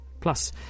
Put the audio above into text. Plus